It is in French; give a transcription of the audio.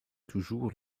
toujours